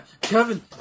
Kevin